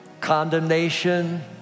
condemnation